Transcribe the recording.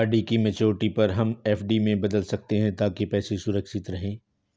RD की maturity पर हम एफ.डी में बदल सकते है ताकि पैसे सुरक्षित रहें